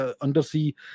undersea